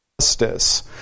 justice